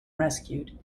rescued